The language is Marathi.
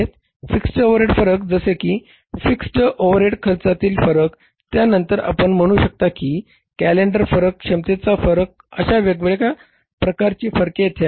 फिक्स्ड ओव्हरहेड फरक जसे की फिक्स्ड ओव्हरहेड खर्चातील फरक त्यानंतर आपण म्हणू शकता की कॅलेंडर फरक क्षमतेचा फरक अशा वेगवेगळ्या प्रकारची फरके येथे आहेत